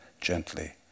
gently